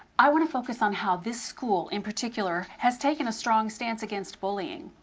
i wanna focus on how this school, in particular, has taken a strong stance against bullying.